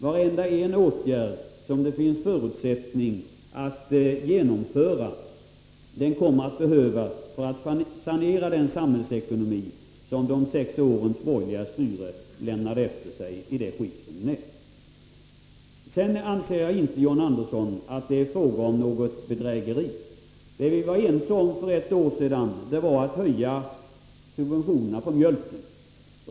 Varenda åtgärd som det finns förutsättning att genomföra kommer att behövas för att sanera samhällsekonomin, i det skick som den överlämnades efter sex års borgerligt styre. Sedan anser jag inte, John Andersson, att det är fråga om något bedrägeri. Det vi var ense om för ett år sedan var att höja subventionerna på mjölk.